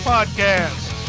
Podcast